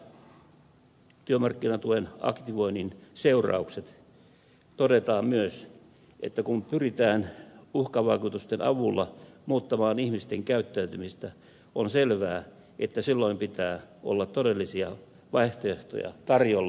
tässä työmarkkinatuen aktivoinnin vaikutukset tutkimuksessa todetaan myös että kun pyritään uhkavaikutusten avulla muuttamaan ihmisten käyttäytymistä on selvää että silloin pitää olla todellisia vaihtoehtoja tarjolla